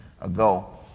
ago